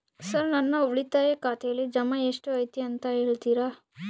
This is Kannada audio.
ಸರ್ ನನ್ನ ಉಳಿತಾಯ ಖಾತೆಯಲ್ಲಿ ಜಮಾ ಎಷ್ಟು ಐತಿ ಅಂತ ಹೇಳ್ತೇರಾ?